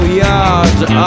yards